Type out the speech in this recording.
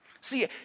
See